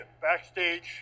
backstage